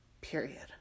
period